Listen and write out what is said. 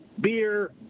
beer